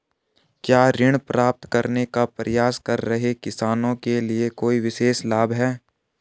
क्या ऋण प्राप्त करने का प्रयास कर रहे किसानों के लिए कोई विशेष लाभ हैं?